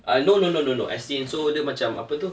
ah no no no no no as in so dia macam apa tu